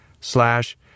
slash